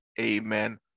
Amen